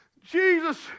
Jesus